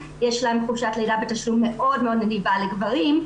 יש להם חופשת לידה בתשלום מאוד מאוד נדיבה לגברים,